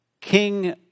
king